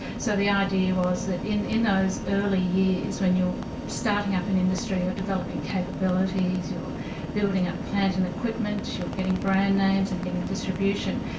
so the idea was that in in those early years, when you're starting up an industry, you're developing capabilities, you're building up plant and equipment, you're getting brand names and getting distribution,